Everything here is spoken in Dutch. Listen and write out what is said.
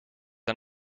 aan